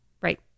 Right